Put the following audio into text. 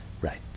Right